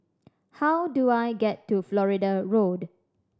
how do I get to Florida Road